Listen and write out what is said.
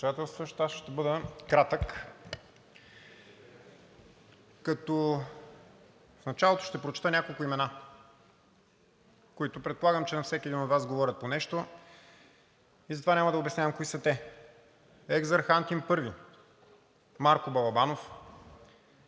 аз ще бъда кратък. В началото ще прочета няколко имена, които предполагам, че на всеки един от Вас говорят по нещо и затова няма да обяснявам кои са те: Екзарх Антим I, Марко Балабанов,